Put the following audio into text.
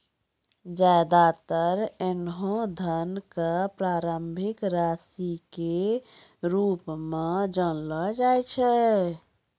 ज्यादातर ऐन्हों धन क प्रारंभिक राशि के रूप म जानलो जाय छै